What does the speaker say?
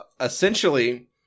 essentially